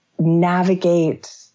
navigate